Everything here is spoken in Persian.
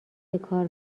بکار